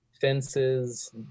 Fences